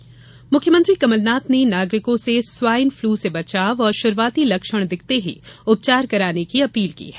swine flu मुख्यमंत्री कमलनाथ ने नागरिकों से स्वाइन फ्लू से बचाव और शुरुआती लक्षण दिखते ही उपचार कराने की अपील की है